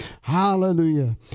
hallelujah